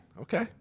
Okay